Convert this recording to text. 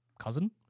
cousin